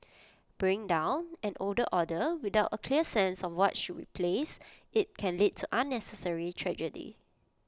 bring down an old order without A clear sense of what should replace IT can lead to unnecessary tragedy